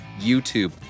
youtube